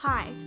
Hi